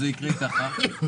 אני אומר לך ברצינות,